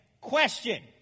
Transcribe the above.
Question